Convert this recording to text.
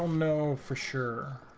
um know for sure